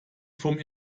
vom